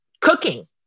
cooking